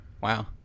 Wow